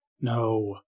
No